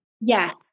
Yes